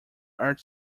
are